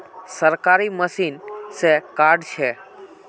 सरकारी मशीन से कार्ड छै?